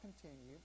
continue